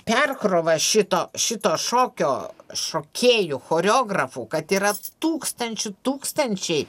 perkrova šito šito šokio šokėjų choreografų kad yra tūkstančių tūkstančiai